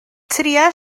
trïa